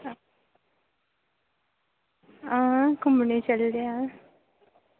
हां घुम्मने चलदे आं